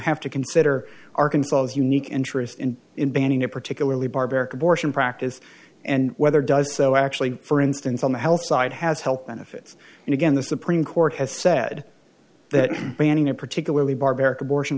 have to consider arkansas as unique interest and in banning a particularly barbaric abortion practice and whether does so actually for instance on the health side has helped benefits and again the supreme court has said that banning a particularly barbaric abortion